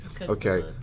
Okay